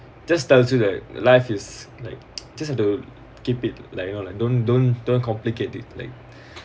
just tells you that life is like just have to keep it like you know like don't don't don't complicate it like